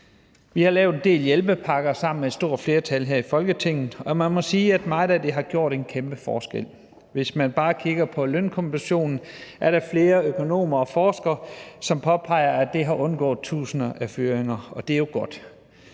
Vi har lavet en del hjælpepakker sammen med et stort flertal her i Folketinget, og man må sige, at meget af det har gjort en kæmpe forskel. Hvis man bare kigger på lønkompensationsordningen, vil man se, at der er flere økonomer og forskere, som påpeger, at det har afværget tusinder af fyringer. Og det er jo godt.